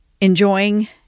enjoying